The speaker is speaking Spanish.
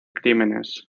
crímenes